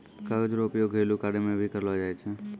कागज रो उपयोग घरेलू कार्य मे भी करलो जाय छै